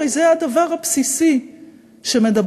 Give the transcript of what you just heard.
הרי זה הדבר הבסיסי כשמדברים,